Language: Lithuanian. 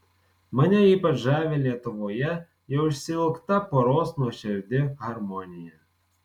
mane ypač žavi lietuvoje jau išsiilgta poros nuoširdi harmonija